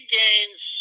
gains